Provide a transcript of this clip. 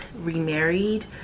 remarried